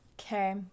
okay